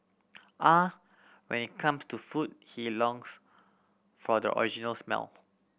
ah when it comes to food he longs for the original smell